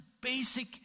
basic